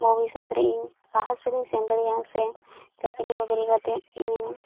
ᱵᱷᱚᱵᱤᱥᱥᱚᱛ ᱨᱮ ᱤᱧ ᱞᱟᱦᱟ ᱥᱮᱫ ᱤᱧ ᱥᱮᱱ ᱫᱟᱲᱮᱭᱟᱜᱼᱟ ᱥᱮ ᱪᱟᱹᱠᱨᱤ ᱵᱟᱹᱠᱨᱤ ᱠᱟᱛᱮᱫ ᱤᱧᱤᱧ